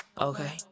okay